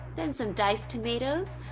then some diced tomatoes.